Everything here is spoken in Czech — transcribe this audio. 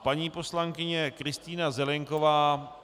Paní poslankyně Kristýna Zelienková.